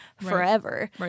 forever